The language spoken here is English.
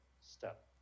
step